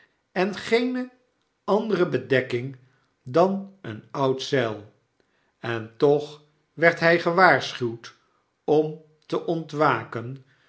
en geene andere bedekking dan een oud zeil en toch werd hij gewaarscnuwd om te ontwaken